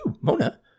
Mona